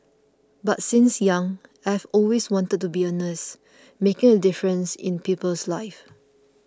but since young I have always wanted to be a nurse making a difference in people's lives